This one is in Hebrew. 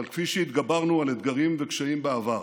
אבל כפי שהתגברנו על אתגרים וקשיים בעבר